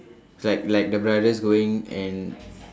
like like the brothers going and